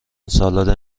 سالاد